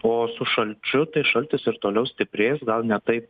o su šalčiu šaltis ir toliau stiprės gal ne taip